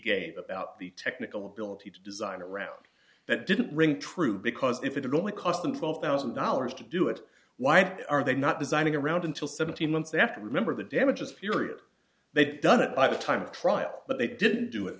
gave about the technical ability to design around that didn't ring true because if it only cost them twelve thousand dollars to do it why are they not designing around until seventeen months after remember the damages period they've done it by the time of trial but they didn't do it